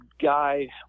guy